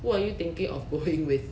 who are you thinking of going with